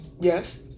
Yes